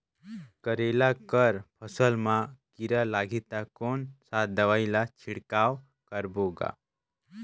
करेला कर फसल मा कीरा लगही ता कौन सा दवाई ला छिड़काव करबो गा?